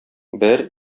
бер